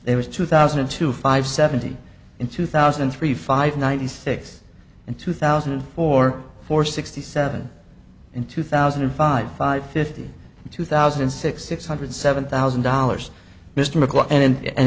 there was two thousand and two five seventy in two thousand and three five ninety six and two thousand and four for sixty seven in two thousand and five five fifty two thousand and six six hundred seven thousand dollars mr mccloy and and